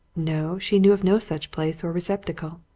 no, she knew of no such place or receptacle.